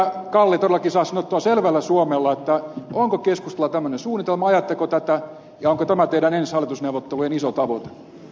kalli todellakin saa sanottua selvällä suomella onko keskustalla tämmöinen suunnitelma ajatteko tätä ja onko tämä teidän ensi hallitusneuvottelujenne iso tavoite